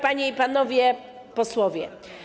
Panie i Panowie Posłowie!